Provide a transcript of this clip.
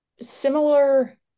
similar